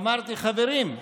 אמרתי: חברים,